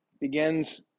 begins